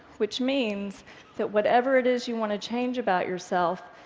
which means that whatever it is you want to change about yourself,